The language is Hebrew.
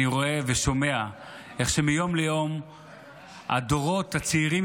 אני רואה ושומע איך מיום ליום הדורות הצעירים